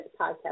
podcast